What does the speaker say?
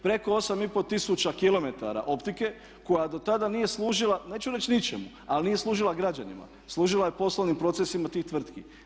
Preko 8,5 tisuća km optike koja dotada nije služila neću reći ničemu, ali nije služila građanima, služila je poslovnim procesima tih tvrtki.